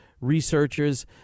researchers